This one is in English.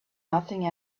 nothing